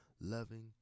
loving